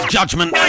Judgment